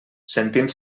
sentint